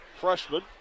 freshman